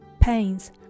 pains